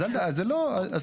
יפה,